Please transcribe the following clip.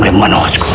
manoj.